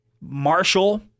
Marshall